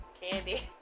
Candy